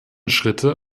schritte